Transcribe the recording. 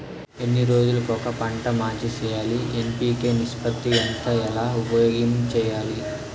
ఎన్ని రోజులు కొక పంట మార్చి సేయాలి ఎన్.పి.కె నిష్పత్తి ఎంత ఎలా ఉపయోగించాలి?